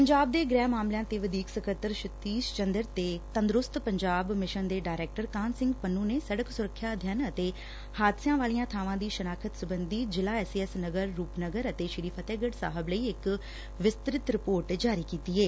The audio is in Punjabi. ਪੰਜਾਬ ਦੇ ਗੁਹਿ ਮਾਮਲਿਆਂ ਦੇ ਵਧੀਕ ਸਕੱਤਰ ਸਤੀਸ਼ ਚੰਦਰ ਤੇ ਤੰਦਰੁਸਤ ਪੰਜਾਬ ਮਿਸ਼ਨ ਦੇ ਡਾਇਰੈਕਟਰ ਕਾਹਨ ਸਿੰਘ ਪੰਨੁ ਨੇ ਸੜਕ ਸੁਰੱਖਿਆ ਅਧਿਐਨ ਅਤੇ ਹਾਦਸਿਆਂ ਵਾਲੀਆਂ ਬਾਵਾਂ ਦੀ ਸ਼ਨਾਖਤ ਸਬੰਧੀ ਜ਼ਿਲ੍ਹਾ ਐਸਏਐਸ ਨਗਰ ਰੁਪਨਗਰ ਅਤੇ ਸ਼ੀ ਫਤਿਹਗੜ ਸਾਹਿਬ ਲਈ ਇੱਕ ਵਿਸਤ੍ਤਿਤ ਰਿਪੋਰਟ ਜਾਰੀ ਕੀਤੀ ਏ